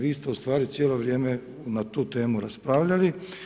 Isto ustvari, cijelo vrijeme, na tu temu raspravljali.